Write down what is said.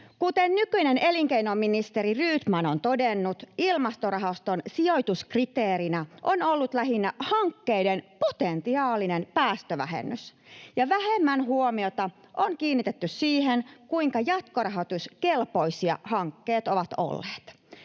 Kuten nykyinen elinkeinoministeri Rydman on todennut, Ilmastorahaston sijoituskriteerinä on ollut lähinnä hankkeiden potentiaalinen päästövähennys ja vähemmän huomiota on kiinnitetty siihen, kuinka jatkorahoituskelpoisia hankkeet ovat olleet